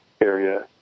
area